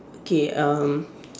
okay um